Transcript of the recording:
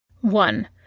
One